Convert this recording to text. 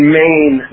main